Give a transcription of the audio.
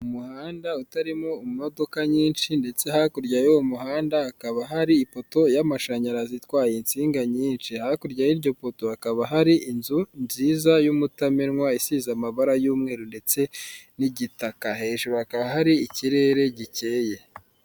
Umuhanda urimo imodoka nyinshi ndetse hakurya y'uwo muhanda hakaba hari ipoto y'amashanyarazi itwaye insinga nyinshi, hakurya y'iryo poto hakaba hari inzu nziza y'umutamenwa isize amabara y'umweru ndetse n'igitaka, hejuru hakaba hari ikirere gikeye.